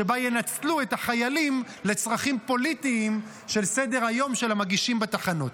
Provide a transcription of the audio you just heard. שבה ינצלו את החיילים לצרכים פוליטיים של סדר-היום של המגישים בתחנות.